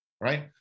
right